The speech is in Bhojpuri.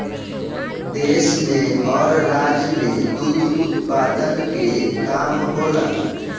देश में हर राज्य में दुध उत्पादन के काम होला